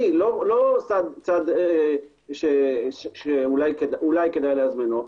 לא סתם צד שאולי כדאי להזמינו.